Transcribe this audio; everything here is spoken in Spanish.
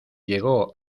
llegó